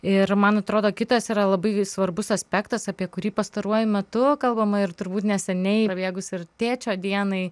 ir man atrodo kitas yra labai svarbus aspektas apie kurį pastaruoju metu kalbama ir turbūt neseniai prabėgus ir tėčio dienai